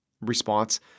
response